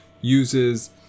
uses